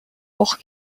auch